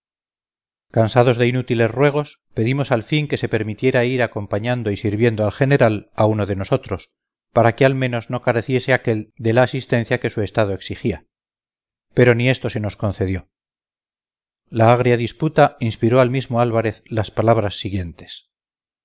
cansados de inútiles ruegos pedimos al fin que se permitiera ir acompañando y sirviendo al general a uno de nosotros para que al menos no careciese aquel de la asistencia que su estado exigía pero ni esto se nos concedió la agria disputa inspiró al mismo álvarez las palabras siguientes